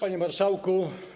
Panie Marszałku!